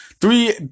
Three